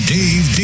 Dave